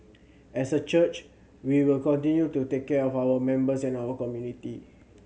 as a church we will continue to take care of our members and our community